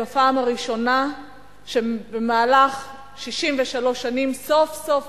בפעם הראשונה ב-63 שנים סוף-סוף